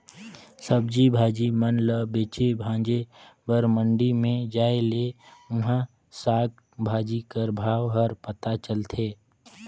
सब्जी भाजी मन ल बेचे भांजे बर मंडी में जाए ले उहां साग भाजी कर भाव हर पता चलथे